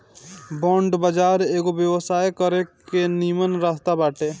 bond बाजार एगो व्यवसाय करे के निमन रास्ता बाटे